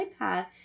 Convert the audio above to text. iPad